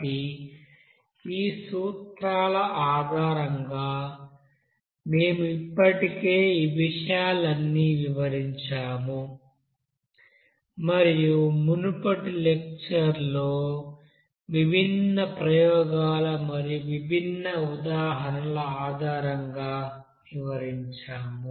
కాబట్టి ఈ సూత్రాల ఆధారంగా మేము ఇప్పటికే ఈ విషయాలన్నీ వివరించాము మరియు మునుపటి లెక్చర్ లో విభిన్న ప్రయోగాల మరియు విభిన్న ఉదాహరణల ఆధారంగా విశ్లేషించాము